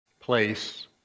place